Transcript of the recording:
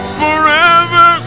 forever